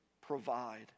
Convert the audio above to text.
provide